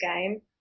game